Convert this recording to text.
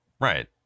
Right